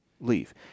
leave